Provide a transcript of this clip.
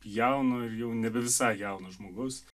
jauno ir jau nebe visai jauno žmogaus